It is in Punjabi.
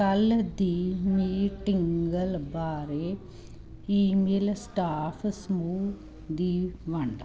ਕੱਲ੍ਹ ਦੀ ਮੀਟਿੰਗ ਬਾਰੇ ਫੀਮੇਲ ਸਟਾਫ ਸਮੂਹ ਦੀ ਵੰਡ